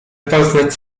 poznać